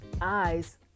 eyes